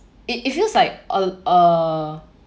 it it feels like a uh